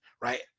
right